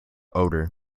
odor